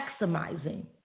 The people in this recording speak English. maximizing